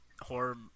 horror